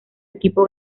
equipo